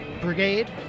Brigade